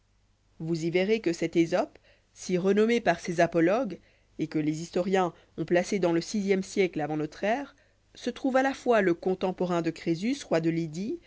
vous y verrez que cet ësope si renommé par ses apologues et que les historiens ont placé dans le sixième siècle avant notre ère j se trouve à la fois le contemporain de crésus roi de lydie